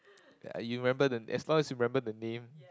ya you remember the as long as you remember the name